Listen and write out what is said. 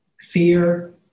fear